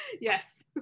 Yes